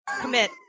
commit